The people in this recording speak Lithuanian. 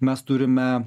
mes turime